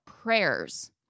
prayers